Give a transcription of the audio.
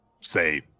say